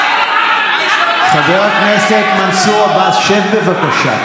חבר הכנסת מנסור עבאס, שב, בבקשה.